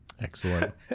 Excellent